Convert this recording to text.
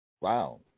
Wow